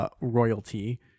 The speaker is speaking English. royalty